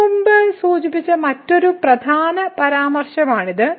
ഞാൻ മുമ്പ് സൂചിപ്പിച്ച മറ്റൊരു പ്രധാന പരാമർശമാണിത്